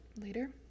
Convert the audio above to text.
later